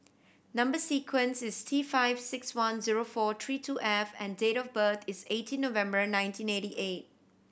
number sequence is T five six one zero four three two F and date of birth is eighteen November nineteen ninety eight